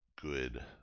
good